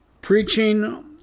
preaching